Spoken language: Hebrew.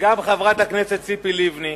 שגם חברת הכנסת ציפי לבני,